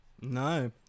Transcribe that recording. No